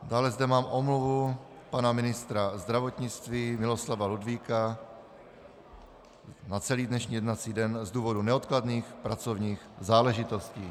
Dále zde mám omluvu pana ministra zdravotnictví Miloslava Ludvíka na celý dnešní jednací den z důvodu neodkladných pracovních záležitostí.